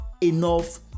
enough